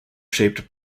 shaped